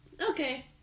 Okay